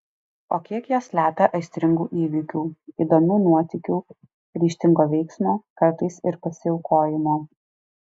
o kiek jos slepia aistringų įvykių įdomių nuotykių ryžtingo veiksmo kartais ir pasiaukojimo